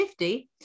50